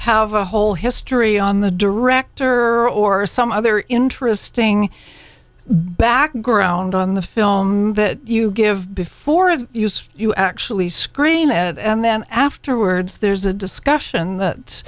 have a whole history on the director or some other interesting background on the film that you give before it's used you actually screen it and then afterwards there's a discussion that